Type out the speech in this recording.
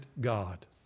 God